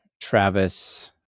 Travis